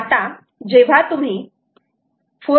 आता जेव्हा तुम्ही 4